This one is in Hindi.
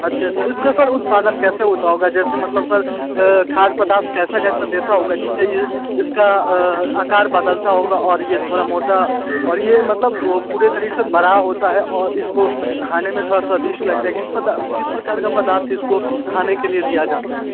अच्छा अच्छा तो इसका उत्पादन कैसे होता होगा जैसे मतलब सर खाद्य पदार्थ आप कैसी कैसी देते होंगे जिससे ये उसका आकार बदलता होगा और ये थोड़ा मोटा और ये मतलब वो पूरे तरीक़े से बड़ा होता है और इसको खाने में थोड़ा स्वादिष्ट लगता है किस किस प्रकार का पदार्थ इसको खाने के लिए दिया जाता है